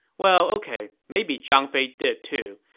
well, ok, maybe zhang fei did, too,